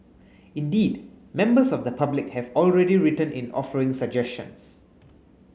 indeed members of the public have already written in offering suggestions